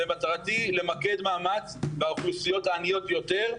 ומטרתי למקד מאמץ באוכלוסיות העניות יותר,